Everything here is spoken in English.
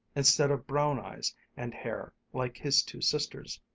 instead of brown eyes and hair like his two sisters'.